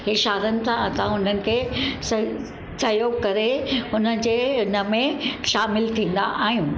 इशारनि सां असां उन्हनि खे स सहियोगु करे हुनजे इनमें शामिलु थींदा आहियूं